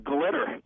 Glitter